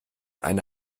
eine